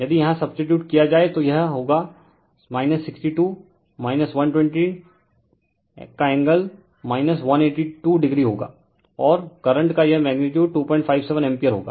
यदि यहाँ सब्सटीटयूट किया जाए तो यह होगा 62 120 का एंगल 182o होगा और करंट का यह मैग्नीटयूड 257 एम्पीयर होगा